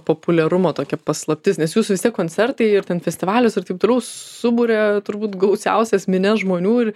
populiarumo tokia paslaptis nes jūsų vis tiek koncertai ir ten festivalis ir taip toliau suburia turbūt gausiausias minia žmonių ir